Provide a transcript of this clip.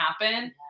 happen